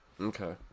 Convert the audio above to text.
Okay